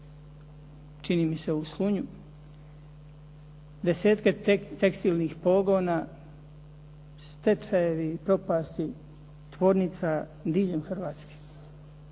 čini mi se u Slunju, desetke tekstilnih pogona, stečajevi, propasti tvornica diljem Hrvatske.